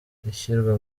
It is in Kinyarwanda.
ishyirwa